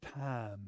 time